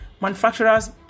manufacturers